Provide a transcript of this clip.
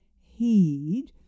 heed